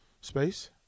space